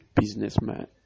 businessman